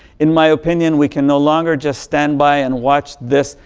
in my opinion, we can no longer just stand by and watch this.